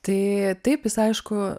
tai taip jis aišku